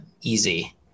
easy